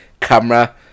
camera